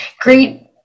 great